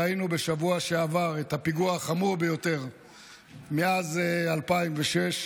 ראינו בשבוע שעבר את הפיגוע החמור ביותר מאז 2006,